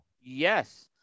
yes